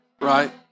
right